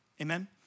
amen